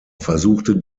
versuchte